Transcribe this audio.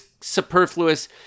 superfluous